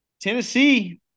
Tennessee